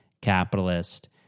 capitalist